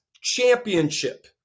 Championship